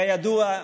כידוע,